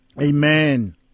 Amen